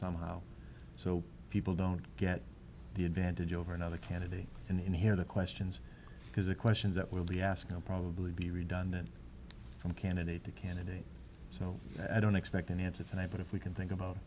somehow so people don't get the advantage over another candidate and hear the questions because the questions that will be asked probably be redundant from candidate to candidate so i don't expect an answer tonight but if we can think about